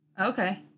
Okay